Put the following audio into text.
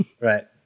right